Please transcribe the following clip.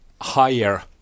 higher